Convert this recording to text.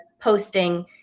posting